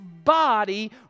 body